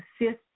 assist